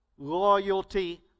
Loyalty